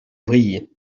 vrille